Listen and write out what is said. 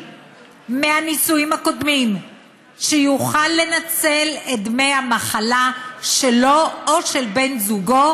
מהנישואים הקודמים לנצל את דמי המחלה שלו או של בן זוגו,